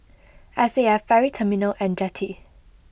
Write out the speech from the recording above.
S A F Ferry Terminal and Jetty